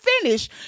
finish